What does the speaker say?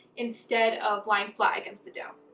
instead of lying flat against the dough.